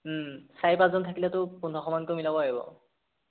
চাৰি পাঁচজন থাকিলেতো পোন্ধৰশ মানকৈ মিলাব লাগিব